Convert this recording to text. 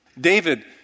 David